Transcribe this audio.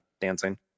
dancing